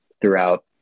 throughout